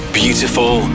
beautiful